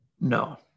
No